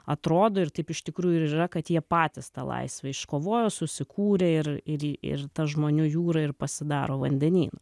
atrodo ir taip iš tikrųjų ir yra kad jie patys tą laisvę iškovojo susikūrė ir ir ir ta žmonių jūrą ir pasidaro vandenynu